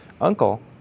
uncle